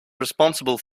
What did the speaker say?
responsible